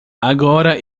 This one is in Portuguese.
agora